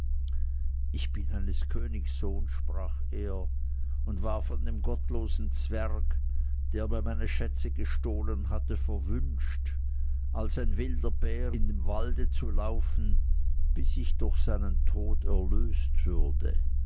ich bin eines königs sohn sprach er und war von dem gottlosen zwerg der mir meine schätze gestohlen hatte verwünscht als ein wilder bär in dem walde zu laufen bis ich durch seinen tod erlöst würde